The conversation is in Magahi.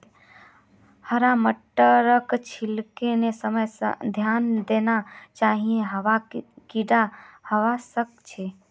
हरा मटरक छीलते समय ध्यान देना चाहिए वहात् कीडा हवा सक छे